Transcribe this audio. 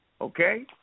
okay